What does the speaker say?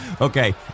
Okay